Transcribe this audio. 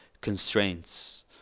constraints